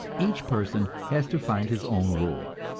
each person has to find his own rule.